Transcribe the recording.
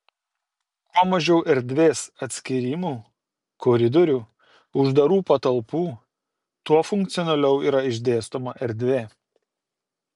kuo mažiau erdvės atskyrimų koridorių uždarų patalpų tuo funkcionaliau yra išdėstoma erdvė